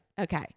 Okay